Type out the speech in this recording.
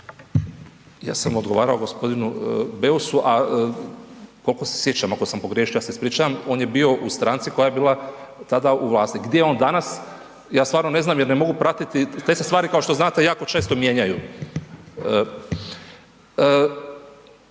Ja sam odgovarao g. Beusu, a kolko se sjećam ako sam pogriješio ja se ispričavam, on je bio u stranci koja je bila tada u vlasti, gdje je on danas ja stvarno ne znam jer ne mogu pratiti, te se stvari kao što znate jako često mijenjaju.